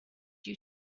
you